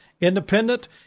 independent